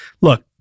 look